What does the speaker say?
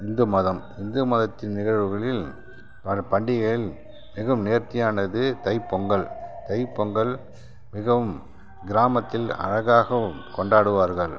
இந்து மதம் இந்து மதத்தின் நிகழ்வுகளில் வரும் பண்டிகைகள் மிகவும் நேர்த்தியானது தைப் பொங்கல் தைப் பொங்கல் மிகவும் கிராமத்தில் அழகாகவும் கொண்டாடுவார்கள்